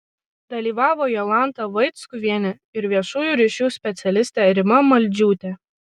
dalyvavo jolanta vaickuvienė ir viešųjų ryšių specialistė rima maldžiūtė